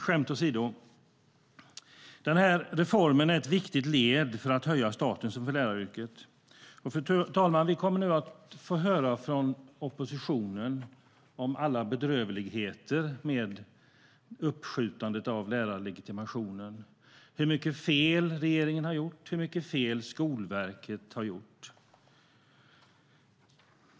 Skämt åsido, denna reform är ett viktigt led i att höja statusen för läraryrket. Fru talman! Vi kommer nu att få höra från oppositionen om alla bedrövligheter med uppskjutandet av lärarlegitimationen, hur mycket fel regeringen har gjort och hur mycket fel Skolverket har gjort.